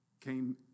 came